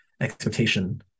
expectation